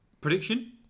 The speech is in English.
Prediction